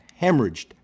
hemorrhaged